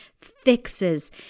fixes